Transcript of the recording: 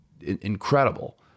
incredible